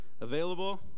available